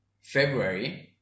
February